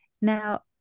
Now